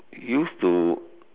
used to